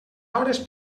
hores